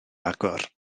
agor